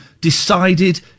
decided